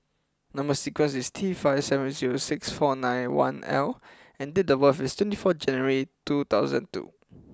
number sequence is T five seven zero six four nine one L and date of birth is twenty four January two thousand two